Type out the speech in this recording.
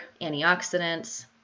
antioxidants